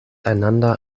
einander